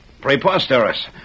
Preposterous